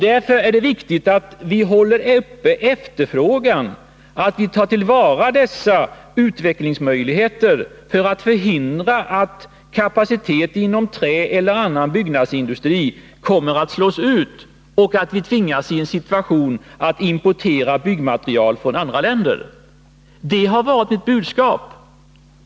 Därför är det viktigt att vi håller uppe efterfrågan, att vi tar till vara dessa utvecklingsmöjligheter för att förhindra att kapaciteten inom träeller annan byggnadsindustri kommer att slås ut och att vi tvingas in i situationen att importera byggmateriel från andra länder. Detta har varit ett budskap.